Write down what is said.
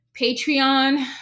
Patreon